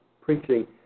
preaching